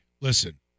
Listen